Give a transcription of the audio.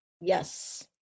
Yes